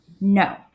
No